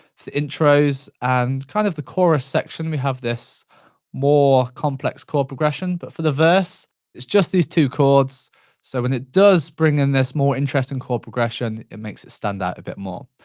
the intros and kind of the chorus section, we have this more complex chord progression but for the verse it's just these two chords so when it does bring in this more interesting chord progression it makes it stand out a bit more.